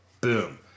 boom